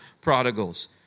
prodigals